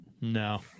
No